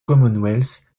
commonwealth